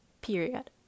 Period